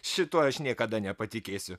šituo aš niekada nepatikėsiu